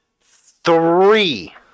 Three